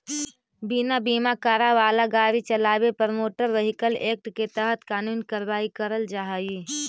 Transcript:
बिना बीमा करावाल गाड़ी चलावे पर मोटर व्हीकल एक्ट के तहत कानूनी कार्रवाई करल जा हई